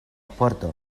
pordo